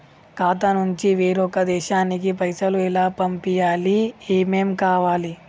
ఖాతా నుంచి వేరొక దేశానికి పైసలు ఎలా పంపియ్యాలి? ఏమేం కావాలి?